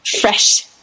fresh